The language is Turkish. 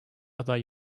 aday